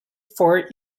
for